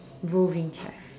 roving chef